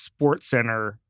SportsCenter